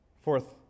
Fourth